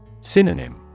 Synonym